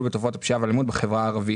בתופעת הפשיעה והאלימות בחברה הערבית.